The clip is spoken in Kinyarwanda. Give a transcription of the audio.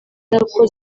nako